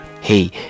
Hey